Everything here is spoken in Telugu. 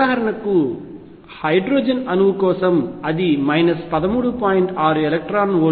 ఉదాహరణకు హైడ్రోజన్ అణువు కోసం అది 13